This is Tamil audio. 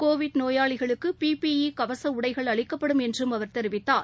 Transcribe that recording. கோவிட் நோயாளிகளுக்கு பிபிஇ கவச உடைகள் அளிக்கப்படும் என்று அவர் தெரிவித்தார்